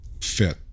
fit